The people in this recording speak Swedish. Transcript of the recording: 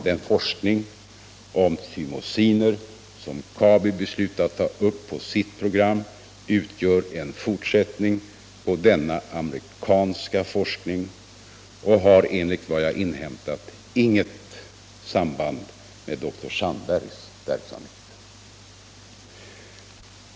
Den forskning om thymosinet som Kabi beslutat att ta upp på sitt program utgör en fortsättning av denna amerikanska forskning, och har, enligt vad jag har inhämtat, inget samband med dr Sandbergs verksamhet.